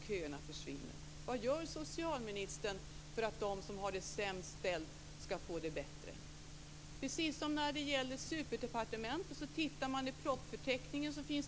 Hon ville inte att sjukvårdshuvudmännen skulle få de resurser som vi menar behövs för att garantera en god sjukvård.